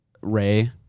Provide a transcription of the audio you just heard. Ray